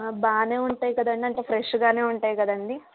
బాగానే ఉంటాయి కదండి అంటే ఫ్రెష్గానే ఉంటాయి కదండి